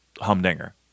humdinger